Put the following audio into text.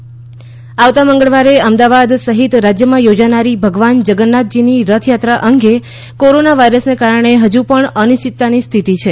અમદાવાદ રથયાત્રા આવતા મંગળવારે અમદાવાદ સહીત રાજ્યમાં યોજાનારી ભગવાન જગન્નાથજીની રથયાત્રા અંગે કોરોના વાયરસને કારણે હજુ પણ અનિશ્ચિતતાની સ્થિતિ છે